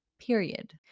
period